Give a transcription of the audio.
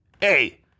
Hey